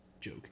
joke